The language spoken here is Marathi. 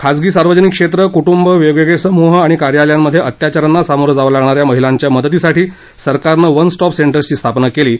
खाजगी सार्वजनिक क्षेत्रं कुटुंब वेगवेगळे समूह आणि कार्यालयांमधे अत्याचारांना सामोरं जावं लागणा या महिलांच्या मदतीसाठी सरकारनं वन स्टॉप सेंटर्सची स्थापना केली आहे